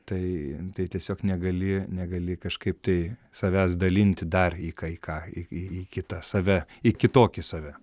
tai tai tiesiog negali negali kažkaip tai savęs dalinti dar į kai ką į į į kitą save į kitokį save